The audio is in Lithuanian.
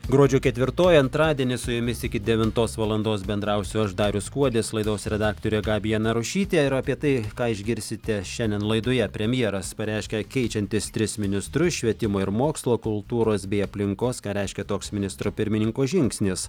gruodžio ketvirtoji antradienis su jumis iki devintos valandos bendrausiu aš darius kuodis laidos redaktorė gabija narušytė ir apie tai ką išgirsite šiandien laidoje premjeras pareiškė keičiantis tris ministrus švietimo ir mokslo kultūros bei aplinkos ką reiškia toks ministro pirmininko žingsnis